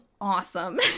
awesome